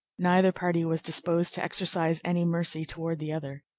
neither party was disposed to exercise any mercy toward the other.